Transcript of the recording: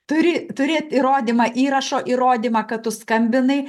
turi turėt įrodymą įrašo įrodymą kad tu skambinai